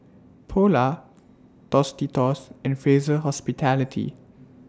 Polar Tostitos and Fraser Hospitality